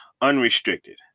unrestricted